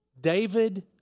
David